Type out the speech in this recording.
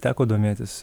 teko domėtis